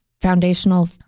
foundational